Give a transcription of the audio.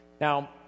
Now